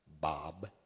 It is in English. Bob